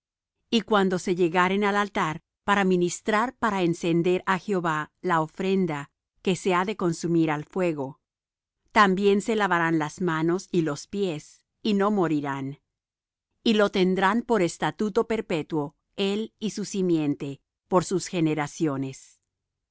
y cuando se llegaren al altar para ministrar para encender á jehová la ofrenda que se ha de consumir al fuego también se lavarán las manos y los pies y no morirán y lo tendrán por estatuto perpetuo él y su simiente por sus generaciones